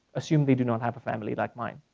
assuming they do not have a family like mine,